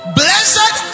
blessed